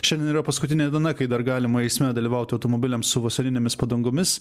šiandien yra paskutinė diena kai dar galima eisme dalyvauti automobiliams su vasarinėmis padangomis